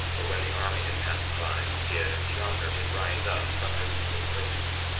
or when the army had passed by, gid and teomner did rise up from their secret places,